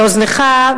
לאוזנך,